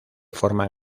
forman